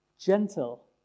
gentle